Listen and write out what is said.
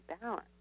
balance